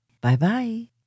Bye-bye